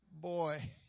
Boy